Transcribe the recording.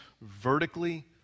vertically